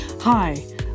Hi